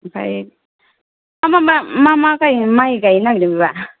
आमफाय मा मा माइ गायनो नागेरदों बेबा